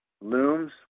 looms